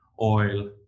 oil